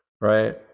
right